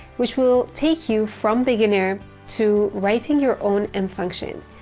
which will take you from beginner to writing your own end function.